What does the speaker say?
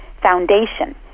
foundation